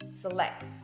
select